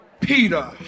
Peter